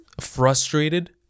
frustrated